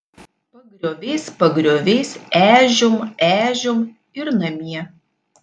pagrioviais pagrioviais ežiom ežiom ir namie